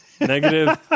negative